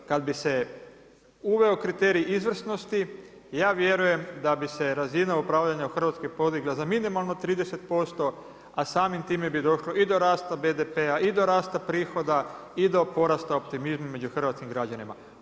Kad bi se uveo kriterij izvrsnosti, ja vjerujem da bi se razina upravljanja u Hrvatskoj podigla za minimalno 30%, a samim time bi došlo i do rasta BDP-a i do rasta prihoda i do porasta optimista među hrvatskim građanima.